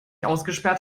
ausgesperrt